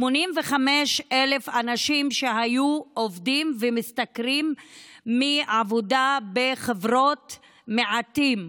גם 85,000 אנשים שהיו עובדים ומשתכרים מעבודה בחברות מעטים,